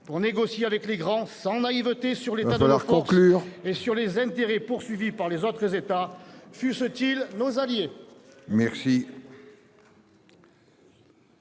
pour négocier avec les grands, sans naïveté sur l'état de nos forces et sur les intérêts propres des autres États, fussent-ils nos alliés ! La